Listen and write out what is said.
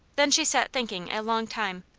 then she sat thinking a long time.